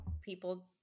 people